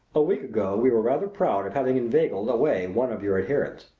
a week ago we were rather proud of having inveigled away one of your adherents.